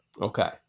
Okay